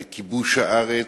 על כיבוש הארץ,